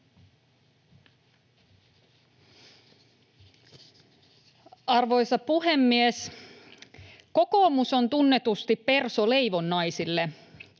Arvoisa puhemies! Kokoomus on tunnetusti perso leivonnaisille.